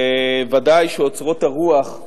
ודאי שאוצרות הרוח,